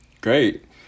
Great